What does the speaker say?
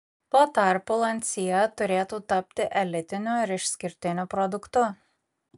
tuo tarpu lancia turėtų tapti elitiniu ir išskirtiniu produktu